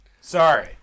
sorry